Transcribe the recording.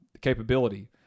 capability